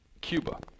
Cuba